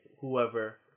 whoever